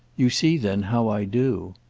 you see then how i do.